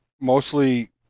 mostly